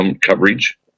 coverage